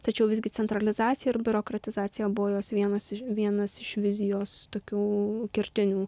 tačiau visgi centralizacija ir biurokratizacija buvo jos vienas iš vienas iš vizijos tokių kertinių